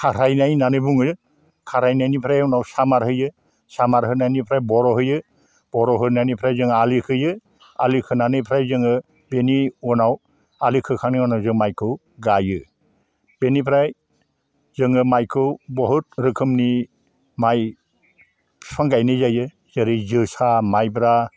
खाह्रायनाय होननानै बुङो खारायनायनिफ्राय उनाव सामार होयो सामार होनायनिफ्राय बर' होयो बर' होनायनिफ्राय जों आलि खोयो आलि खोनानैफ्राय जोङो बेनि उनाव आलि खोखांनाय उनाव जों माइखौ गायो बेनिफ्राय जोङो माइखौ बहुत रोखोमनि माइ फिफां गायनाय जायो जेरै जोसा माइब्रा